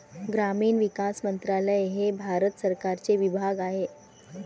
ग्रामीण विकास मंत्रालय हे भारत सरकारचे विभाग आहे